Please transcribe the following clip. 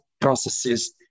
processes